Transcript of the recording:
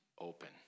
open